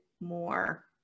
more